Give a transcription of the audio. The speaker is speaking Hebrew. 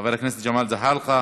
חבר הכנסת ג'מאל זחאלקה,